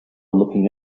looking